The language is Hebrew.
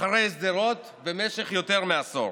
אחרי שדרות, במשך יותר מעשור.